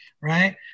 right